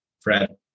Fred